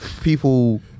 People